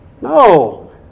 No